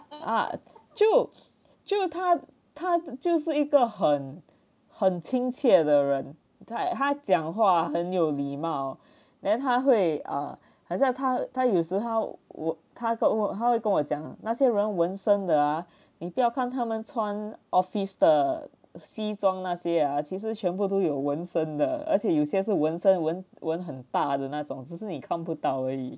ah 就就他他就是一个很很亲切的人 like 他讲话很有礼貌 then 他会 err 很像他他有时他我他会跟我讲那些人纹纹身的啊你不要看他们穿 office 的西装那些啊其实全部都有纹身的而且有些是纹身纹纹很大的那种只是你看不到而已